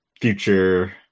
future